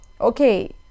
okay